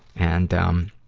and, um,